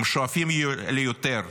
הם שואפים ליותר,